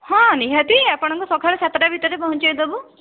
ହଁ ନିହାତି ଆପଣଙ୍କ ସକାଳେ ସାତଟା ଭିତରେ ପହଞ୍ଚାଇ ଦେବୁ